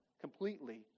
completely